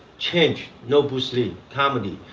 change, no bruce lee, comedy.